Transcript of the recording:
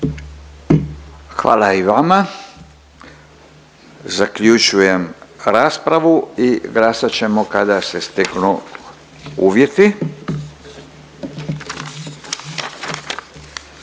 Hvala i vama. Zaključujem raspravu i glasat ćemo kada se steknu uvjeti.